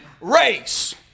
race